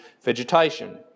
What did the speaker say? vegetation